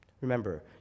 Remember